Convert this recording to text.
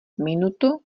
minutu